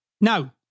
Now